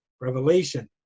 revelation